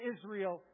Israel